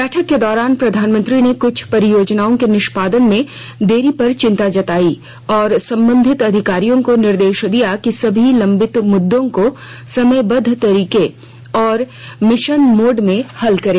बैठक के दौरान प्रधानमंत्री ने कुछ परियोजनाओं के निष्पादन में देरी पर चिंता जताई और संबंधित अधिकारियों को निर्देश दिया कि सभी लंबित मुद्दों को समयबद्ध तरीके और मिशन मोड में हल करें